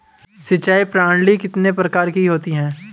सिंचाई प्रणाली कितने प्रकार की होती है?